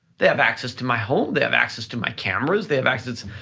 they have access to my home, they have access to my cameras, they have access.